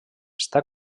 està